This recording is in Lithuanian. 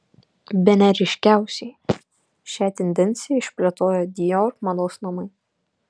bene ryškiausiai šią tendenciją išplėtojo dior mados namai